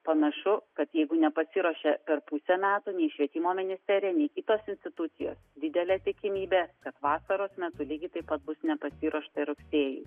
panašu kad jeigu nepasiruošė per pusę metų nei švietimo ministerija nei kitos institucijos didelė tikimybė kad vasaros metu lygiai taip pat bus nepasiruošta ir rugsėjui